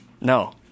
No